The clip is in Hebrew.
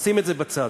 נשים את זה בצד.